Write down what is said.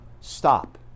stop